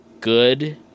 good